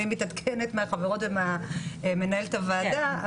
אני מתעדכנת מהחברות וממנהלת הוועדה,